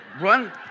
run